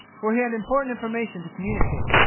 for he had important information to communicate.